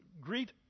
Greet